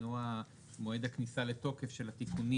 שעניינו מועד הכניסה לתוקף של התיקונים